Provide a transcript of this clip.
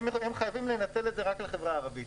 הם חייבים לנצל את זה רק לחברה הערבית.